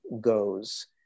goes